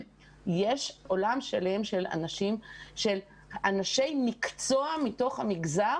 יש עולם שלם של אנשי מקצוע מתוך המגזר